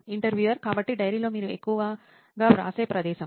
interviewer కాబట్టి diary లో మీరు ఎక్కువగా వ్రాసే ప్రదేశం